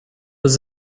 was